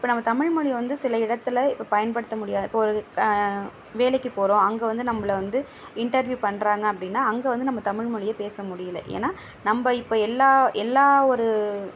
இப்போ நம்ம தமிழ் மொழியை வந்து சில இடத்தில் இப்போ பயன்படுத்த முடியாத இப்போது ஒரு வேலைக்கு போகிறோம் அங்கே வந்து நம்மள வந்து இன்டர்வியூ பண்ணுறாங்க அப்படினா அங்கே வந்து நம்ம தமிழ்மொழியை பேச முடியல ஏன்னா நம்ம இப்போ எல்லா எல்லா ஒரு